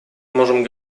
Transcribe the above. можем